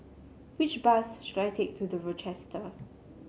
which bus should I take to The Rochester